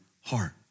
heart